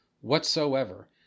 whatsoever